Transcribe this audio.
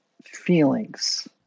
feelings